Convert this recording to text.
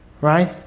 Right